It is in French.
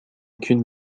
qu’une